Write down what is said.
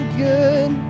good